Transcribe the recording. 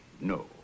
no